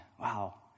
Wow